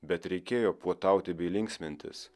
bet reikėjo puotauti bei linksmintis